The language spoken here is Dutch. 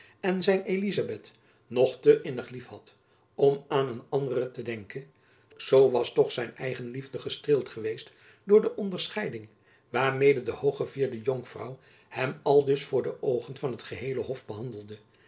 en zijn elizabeth nog te innig lief had om aan een andere te denken zoo was toch zijn eigenliefde gestreeld geweest door de onderscheiding waarmede de hooggevierde jonkvrouw hem aldus voor de oogen van het geheele hof behandelde